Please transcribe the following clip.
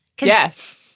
Yes